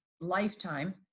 lifetime